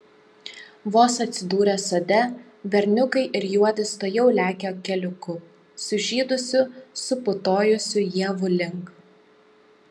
vos atsidūrę sode berniukai ir juodis tuojau lekia keliuku sužydusių suputojusių ievų link